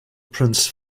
prince